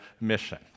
mission